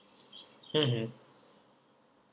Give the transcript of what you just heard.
mmhmm